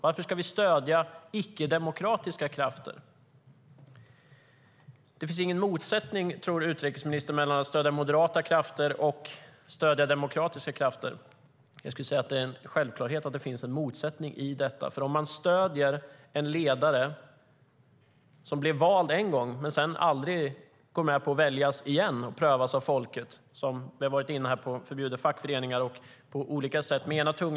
Varför ska vi stödja icke-demokratiska krafter? Utrikesministern tror inte att det finns någon motsättning mellan att stödja moderata krafter och att stödja demokratiska krafter. Det är en självklarhet att det finns en motsättning i det. Det är naturligtvis en motsättning mot de demokratiska krafter som försöker komma fram i Palestina om man stöder en ledare som blivit vald en gång men som sedan aldrig går med på att väljas igen.